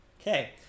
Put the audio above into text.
Okay